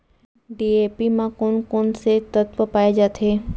DAP म कोन कोन से तत्व पाए जाथे?